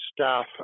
staff